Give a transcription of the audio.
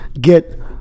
get